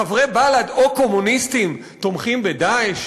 חברי בל"ד או קומוניסטים תומכים ב"דאעש"?